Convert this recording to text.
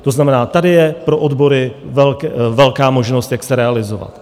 To znamená, tady je pro odbory velká možnost, jak se realizovat.